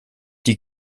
die